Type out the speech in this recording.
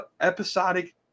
episodic